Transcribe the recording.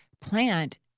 plant